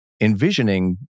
envisioning